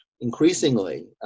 increasingly